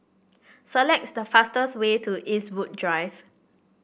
selects the fastest way to Eastwood Drive